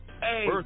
hey